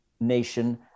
nation